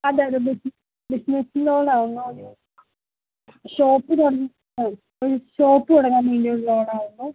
അതെ അതെ business business loan ആണേ ഷോപ്പില് വന്ന് ആ ഒരു ഷോപ്പ് തുടങ്ങാൻ വേണ്ടിയുള്ള ലോൺ ആണേ